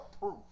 proof